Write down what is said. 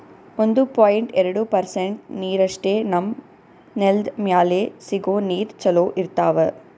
ಒಂದು ಪಾಯಿಂಟ್ ಎರಡು ಪರ್ಸೆಂಟ್ ನೀರಷ್ಟೇ ನಮ್ಮ್ ನೆಲ್ದ್ ಮ್ಯಾಲೆ ಸಿಗೋ ನೀರ್ ಚೊಲೋ ಇರ್ತಾವ